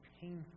painful